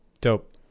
Dope